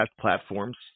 platforms